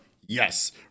yes